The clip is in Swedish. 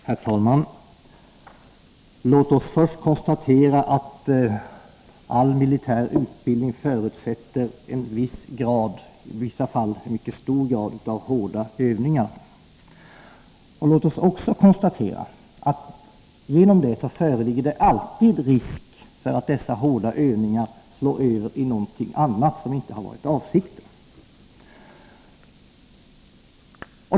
Herr talman! Låt oss först konstatera att all militär utbildning förutsätter en viss grad, i vissa fall en mycket hög grad, av hårda övningar. Låt oss också konstatera att det genom detta alltid föreligger risk för att dessa hårda övningar slår över i någonting annat än vad som varit avsikten.